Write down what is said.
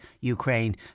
Ukraine